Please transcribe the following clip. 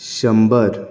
शंबर